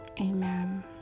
amen